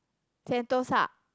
Sentosa